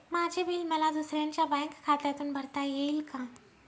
माझे बिल मला दुसऱ्यांच्या बँक खात्यातून भरता येईल का?